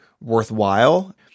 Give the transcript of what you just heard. worthwhile